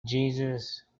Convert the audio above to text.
jesus